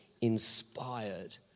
inspired